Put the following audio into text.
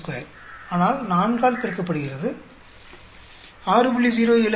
452 ஆனால் 4 ஆல் பெருக்கப்படுகிறது 6